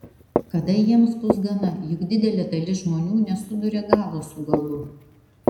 kada jiems bus gana juk didelė dalis žmonių nesuduria galo su galu